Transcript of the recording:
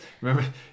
Remember